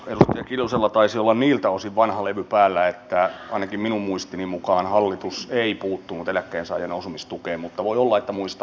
edustaja kiljusella taisi olla vanha levy päällä niiltä osin että ainakaan minun muistini mukaan hallitus ei puuttunut eläkkeensaajan asumistukeen mutta voi olla että muistan väärin